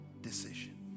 decision